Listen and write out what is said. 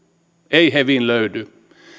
ei hevin löydy